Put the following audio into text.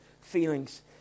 feelings